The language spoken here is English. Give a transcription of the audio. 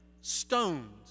stones